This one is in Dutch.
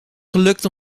gelukt